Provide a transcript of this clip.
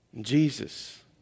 Jesus